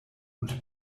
und